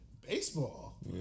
Baseball